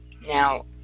Now